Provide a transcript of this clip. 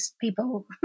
people